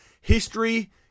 History